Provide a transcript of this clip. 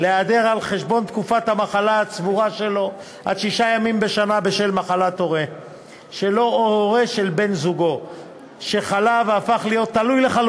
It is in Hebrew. אני מתכבד להביא בפני הכנסת לקריאה שנייה ולקריאה שלישית את הצעת חוק